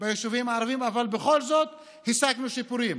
ביישובים הערביים, אבל בכל זאת השגנו שיפורים.